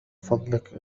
فضلك